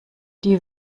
die